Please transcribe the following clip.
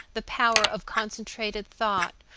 the power of concentrated thought,